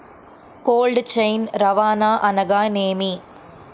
Cold chain రవాణా అనగా నేమి?